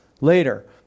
later